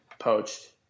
poached